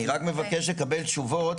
אני רק מבקש לקבל תשובות.